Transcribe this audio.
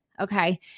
Okay